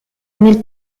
nel